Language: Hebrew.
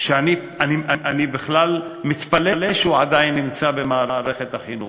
שאני בכלל מתפלא שהוא עדיין נמצא במערכת החינוך.